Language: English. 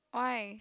why